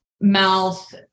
mouth